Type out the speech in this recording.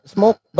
Smoke